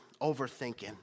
overthinking